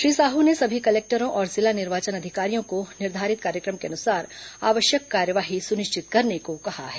श्री साहू ने सभी कलेक्टरों और जिला निर्वाचन अधिकारियों को निर्धारित कार्यक्रम के अनुसार आवश्यक कार्यवाही सुनिश्चित करने को कहा है